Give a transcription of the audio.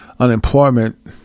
unemployment